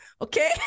Okay